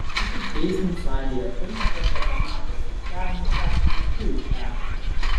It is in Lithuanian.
ji tik teismo salėje pirmą kartą pamatė sukčiavimu kaltinamą puišę